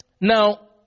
Now